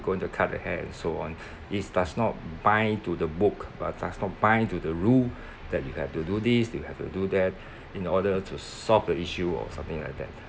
going to cut their hair and so on it's does not bind to the book but does not bind to the rule that you have to do this you have to do that in order to solve the issue or something like that